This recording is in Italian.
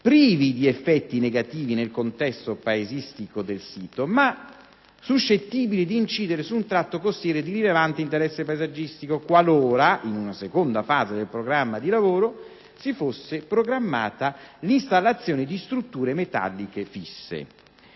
privi di effetti negativi nel contesto paesistico del sito, ma suscettibili di incidere su un tratto costiero di rilevante interesse paesaggistico qualora, in una seconda fase del programma di lavoro, si fosse programmata l'installazione di strutture metalliche fisse.